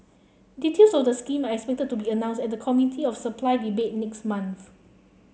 details of the scheme are expected to be announced at the Committee of Supply debate next month